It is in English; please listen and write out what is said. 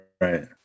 Right